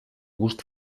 gust